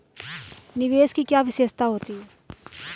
निवेश की क्या विशेषता होती है?